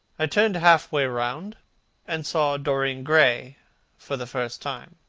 i turned half-way round and saw dorian gray for the first time.